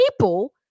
people